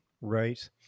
Right